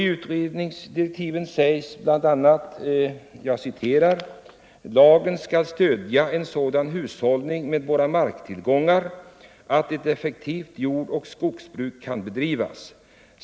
I utredningsdirektiven sägs bl.a. att ”lagen skall stödja en sådan hushållning med våra marktillgångar att ett effektivt jordoch skogsbruk kan bedrivas.